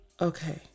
Okay